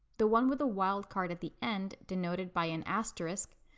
the one with a wildcard at the end, denoted by an asterisk,